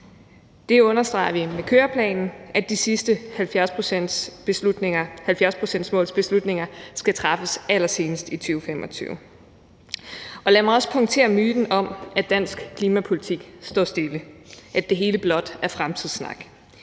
Det understreger vi med køreplanen. De sidste 70-procentsreduktionsmålsbeslutninger skal træffes allersenest i 2025. Lad mig også punktere myten om, at dansk klimapolitik står stille, at det hele blot er fremtidssnak: